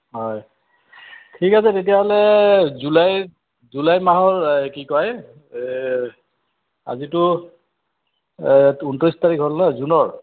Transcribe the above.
হয় ঠিক আছে তেতিয়াহ'লে জুলাই জুলাই মাহৰ কি কয় আজিতো ঊনত্ৰিছ তাৰিখ হ'ল ন জুনৰ